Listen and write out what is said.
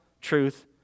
truth